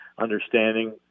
understanding